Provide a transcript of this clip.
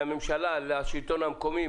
מהממשלה לשלטון המקומי,